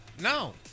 No